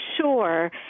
sure